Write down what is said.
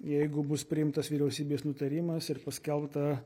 jeigu bus priimtas vyriausybės nutarimas ir paskelbta